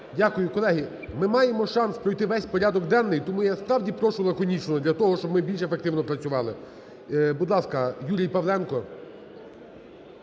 Дякую. Колеги, ми маємо шанс пройти весь порядок денний, тому я справді прошу лаконічно, для того щоб ми більш ефективно працювали. Будь ласка, Юрій Павленко.